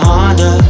Honda